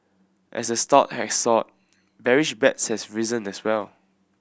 as the stock has soared bearish bets has risen as well